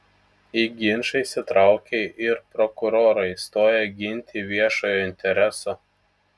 į ginčą įsitraukė ir prokurorai stoję ginti viešojo intereso